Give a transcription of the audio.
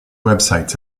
websites